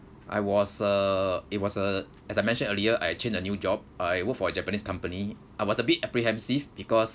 I was uh it was uh as I mentioned earlier I change a new job I worked for a japanese company I was a bit apprehensive because